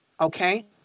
okay